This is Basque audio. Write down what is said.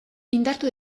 indartu